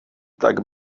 tak